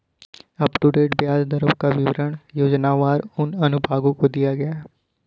up to date ब्याज दरों का विवरण योजनावार उन अनुभागों में दिया गया है